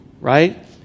right